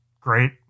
Great